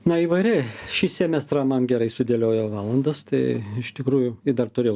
na įvairiai šį semestrą man gerai sudėliojo valandas tai iš tikrųjų ir dar turėjau